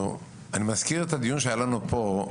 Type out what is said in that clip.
אני מזכיר את הדיון שהיה לנו פה,